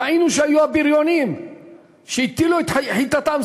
ראינו שהיו הבריונים שהטילו את חתתם,